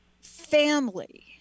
family